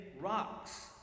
rocks